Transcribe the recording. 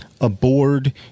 aboard